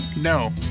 No